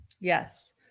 Yes